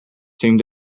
seem